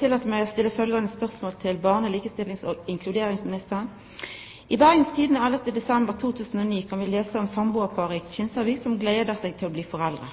tillèt meg å stilla følgjande spørsmål til barne-, likestillings- og inkluderingsministeren: «I Bergens Tidende 11. desember 2009 kan vi lese om samboerparet i Kinsarvik som gleder seg til å bli foreldre.